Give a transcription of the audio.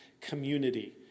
community